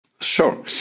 sure